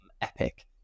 epic